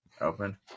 Open